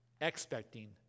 expecting